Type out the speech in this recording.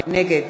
נגד